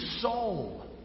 soul